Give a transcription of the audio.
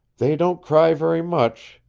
they don't cry very much.